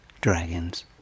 Dragons